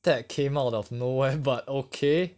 that came out of nowhere but okay